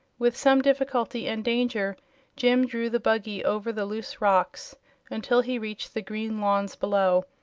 with some difficulty and danger jim drew the buggy over the loose rocks until he reached the green lawns below,